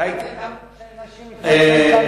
התעמלות של נשים לפני 20 שנה,